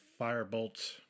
Firebolt